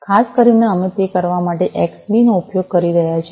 અને ખાસ કરીને અમે તે કરવા માટે એક્સબી નો ઉપયોગ કરી રહ્યા છીએ